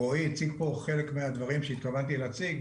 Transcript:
רועי הציג פה חלק מהדברים שהתכוונתי להציג,